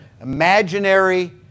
imaginary